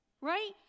Right